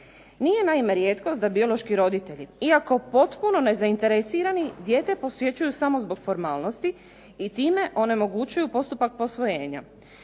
Nije naime rijetkost da biološki roditelji iako potpuno nezainteresirani dijete posjećuju samo zbog formalnosti i time onemogućuju postupak posvojenja.